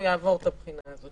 הוא יעבור את הבחינה הזאת.